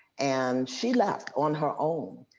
and she left on her own.